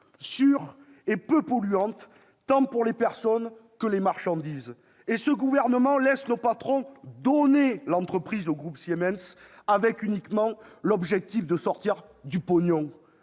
sûre et peu polluante, tant pour les personnes que les marchandises. Et ce gouvernement laisse nos patrons donner l'entreprise au groupe Siemens, avec uniquement l'objectif de sortir du pognon